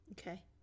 Okay